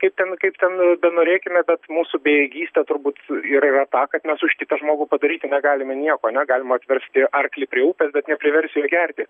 kaip ten kaip ten benorėkime bet mūsų bejėgystė turbūt ir yra ta kad mes už kitą žmogų padaryti negalime nieko ane galima atversti arklį prie upės bet nepriversi jo gerti